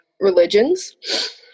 religions